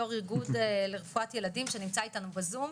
יו"ר איגוד לרפואת ילדים בזום.